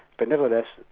but nevertheless,